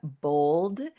bold